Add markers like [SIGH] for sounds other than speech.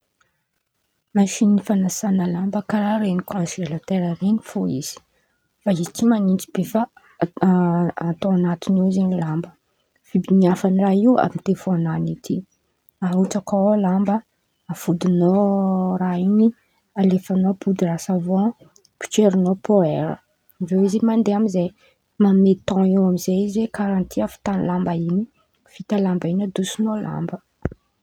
Masin̈y fanasan̈a lamba karàha ren̈y konzelatera ren̈y fo izy fa izy tsy man̈itsy be fa [HESITATION] atao an̈aty ao zen̈y lamba. Fibin̈iafany raha io amy devòn n̈any ety, arôtsakao ao lamba, afodin̈ao raha in̈y, alefan̈ao podiry savòn, potserin̈ao paoera avy eo izy mandeha amizay, man̈amia tòn eo amizay izy karàha ty avitan̈y lamba in̈y, vita lamba in̈y adoson̈ao lamba.